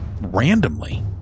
randomly